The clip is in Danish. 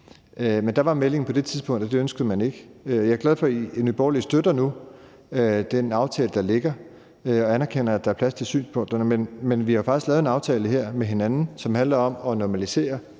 Men der var meldingen på det tidspunkt, at det ønskede man ikke. Jeg er glad for, at I i Nye Borgerlige nu støtter den aftale, der ligger, og jeg anerkender, at der er plads til synspunkterne. Men vi har faktisk lavet en aftale her med hinanden, som handler om at normalisere